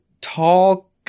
tall